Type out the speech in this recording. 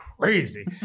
crazy